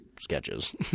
sketches